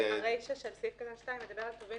הרישא של סעיף קטן (2) מדבר על טובין